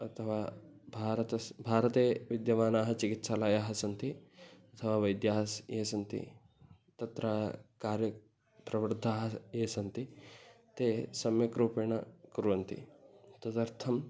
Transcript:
अथवा भारतस्य भारते विद्यमानाः चिकित्सालयाः सन्ति अथवा वैद्याः स् ये सन्ति तत्र कार्यप्रवृत्ताः त् ये सन्ति ते सम्यक् रूपेण कुर्वन्ति तदर्थम्